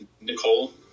nicole